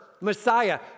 Messiah